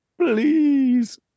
Please